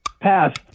Pass